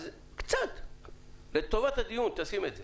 אז קצת לטובת הדיון תשים את זה.